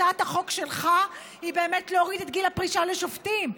הצעת החוק שלך היא באמת להוריד את גיל הפרישה לשופטים.